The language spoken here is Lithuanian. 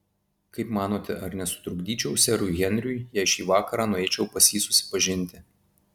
kaip manote ar nesutrukdyčiau serui henriui jei šį vakarą nueičiau pas jį susipažinti